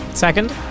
Second